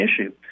issue